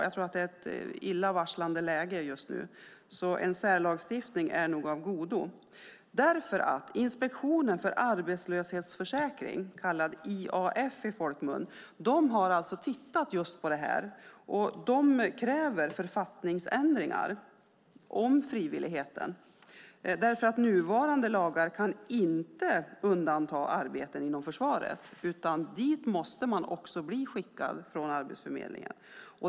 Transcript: Jag tror att det är ett illvarslande läge just nu. En särlagstiftning är nog av godo, för Inspektionen för arbetslöshetsförsäkringen - kallad IAF i folkmun - har tittat på detta och kräver författningsändringar om frivilligheten. Nuvarande lagar kan nämligen inte undanta arbeten inom försvaret, utan dit måste man också bli skickad från Arbetsförmedlingen.